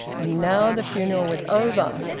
and now the funeral was over.